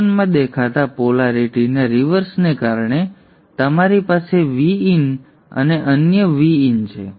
તેથી Q1 માં દેખાતા પોલેરિટીના રિવર્સને કારણે તમારી પાસે Vin અને અન્ય Vin છે